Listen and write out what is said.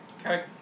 Okay